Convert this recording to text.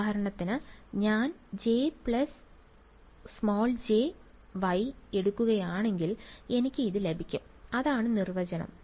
ഉദാഹരണത്തിന് ഞാൻ J jY എടുക്കുകയാണെങ്കിൽ എനിക്ക് ഇത് ലഭിക്കും അതാണ് നിർവചനം